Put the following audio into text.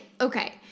okay